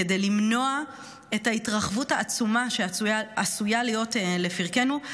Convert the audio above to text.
כדי למנוע את ההתרחבות העצומה שעשויה להיות לפרקנו.